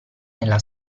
nella